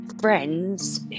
friends